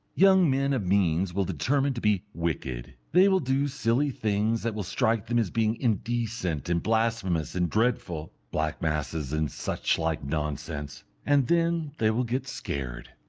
young men of means will determine to be wicked. they will do silly things that will strike them as being indecent and blasphemous and dreadful black masses and suchlike nonsense and then they will get scared.